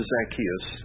Zacchaeus